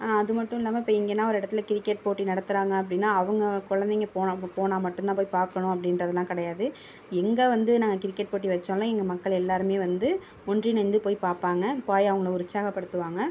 அதுமட்டும் இல்லாமல் இப்போ எங்கேனா ஒரு இடத்துல கிரிக்கெட் போட்டி நடத்துகிறாங்க அப்படினா அவங்க குழந்தைங்க போனால் போனால் மட்டும் தான் போய் பார்க்கணும் அப்படின்றதுலாம் கிடையாது எங்கே வந்து நாங்கள் கிரிக்கெட் போட்டி வெச்சாலும் எங்கள் மக்கள் எல்லோருமே வந்து ஒன்றிணைந்து போய் பார்ப்பாங்க போய் அவங்கள உற்சாகப்படுத்துவாங்க